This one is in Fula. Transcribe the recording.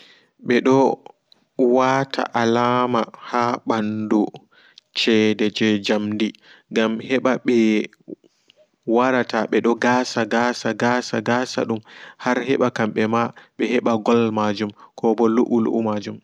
Ɓe do alama ha ɓandu cede jei jamdi gam heɓa ɓe warata ɓedo gasa gasa gasa gasa dum har heɓa kamɓema ɓe heɓa goal majum koɓo lu'u lu'u